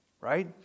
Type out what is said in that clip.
right